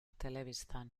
telebistan